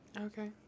okay